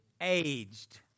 Aged